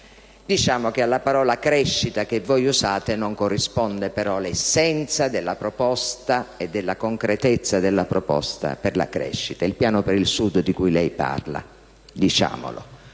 diciamo che alla parola «crescita» che voi usate non corrisponde però l'essenza della proposta e della concretezza della proposta per la crescita. Ad esempio, circa il Piano per il Sud di cui lei parla (diciamolo),